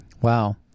Wow